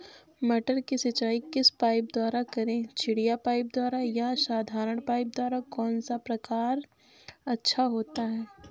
मटर की सिंचाई किस पाइप द्वारा करें चिड़िया पाइप द्वारा या साधारण पाइप द्वारा कौन सा प्रकार अच्छा होता है?